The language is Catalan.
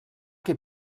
que